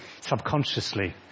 subconsciously